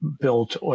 built